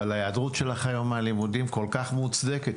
וההיעדרות שלך היום מהלימודים כל כך מוצדקת.